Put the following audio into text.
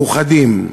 מאוחדים.